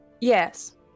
Yes